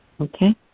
Okay